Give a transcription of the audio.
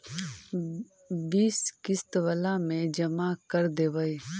बिस किस्तवा मे जमा कर देवै?